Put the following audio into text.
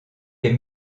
les